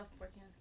working